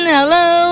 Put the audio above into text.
Hello